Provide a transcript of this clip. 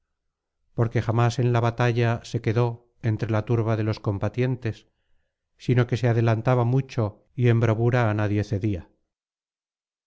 porque jamás en la batalla se quedó entre la turba délos combatientes sino que se adelantaba mucho y en bravura á nadie cedía